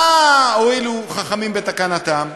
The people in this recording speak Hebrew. מה הועילו חכמים בתקנתם?